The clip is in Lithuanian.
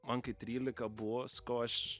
man kai trylika buvo sakau aš